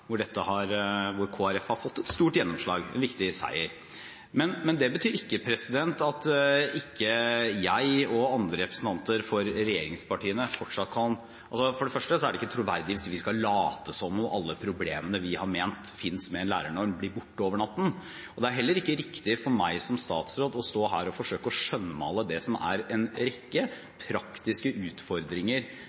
hvor Kristelig Folkeparti har fått et stort gjennomslag, en viktig seier. Men det er ikke troverdig hvis vi skal late som om alle problemene vi har ment finnes med en lærernorm, blir borte over natten. Det er heller ikke riktig for meg som statsråd å stå her og forsøke å skjønnmale det som er en rekke praktiske utfordringer